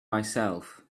myself